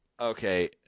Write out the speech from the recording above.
okay